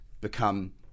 become